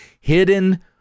hidden